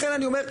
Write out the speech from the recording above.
לכן אני אומר,